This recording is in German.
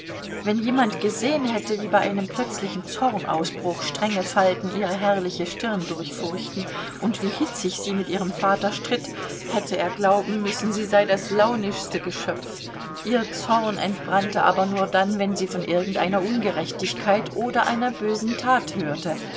wenn jemand gesehen hätte wie bei einem plötzlichen zornausbruch strenge falten ihre herrliche stirn durchfurchten und wie hitzig sie mit ihrem vater stritt hätte er glauben müssen sie sei das launischste geschöpf ihr zorn entbrannte aber nur dann wenn sie von irgendeiner ungerechtigkeit oder einer bösen tat hörte